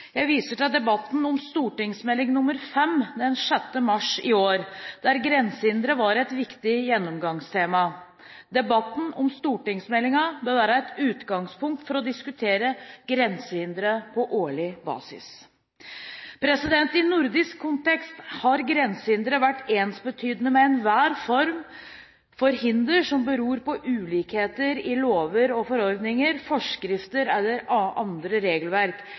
Jeg viser til debatten om Meld. St. 5, den 6. mars i år, der grensehindre var et viktig gjennomgangstema. Debatten om stortingsmeldingen bør være et utgangspunkt for å diskutere grensehindre på årlig basis. I nordisk kontekst har «grensehindre» vært ensbetydende med enhver form for hinder som beror på ulikheter i lover og forordninger, forskrifter eller andre regelverk,